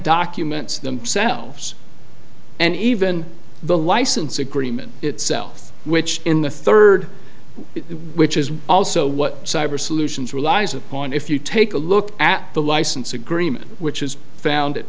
documents themselves and even the license agreement itself which in the third which is also what cyber solutions relies upon if you take a look at the license agreement which is found